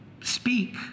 speak